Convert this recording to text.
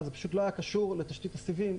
זה פשוט לא היה קשור לתשתית הסיבים.